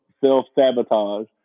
self-sabotage